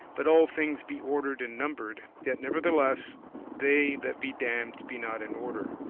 but all things be ordered and numbered, yet nevertheless they that be damned be not in order,